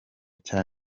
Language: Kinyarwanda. cya